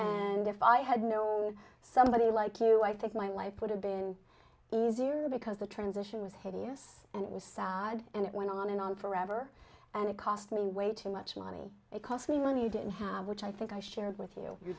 and if i had know somebody like you i think my life would have been easier because the transition was hideous and it was sad and it went on and on forever and it cost me way too much money it cost me money you didn't have which i think i shared with you you